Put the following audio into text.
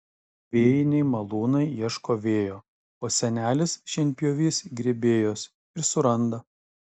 vėjiniai malūnai ieško vėjo o senelis šienpjovys grėbėjos ir suranda